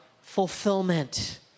fulfillment